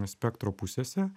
spektro pusėse